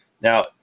now